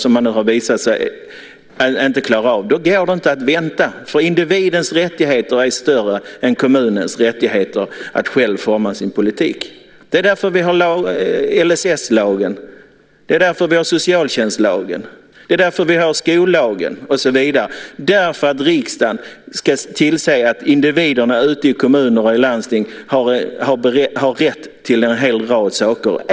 Det har visat sig att man inte har klarat av detta, och då går det inte att vänta. Individens rättigheter är större än kommunens rättigheter att själv forma sin politik. Det är därför vi har LSS, det är därför vi har socialtjänstlagen, det är därför vi har skollagen och så vidare. Riksdagen ska tillse att individerna ute i kommuner och landsting har rätt till en hel rad saker.